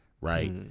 right